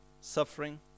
suffering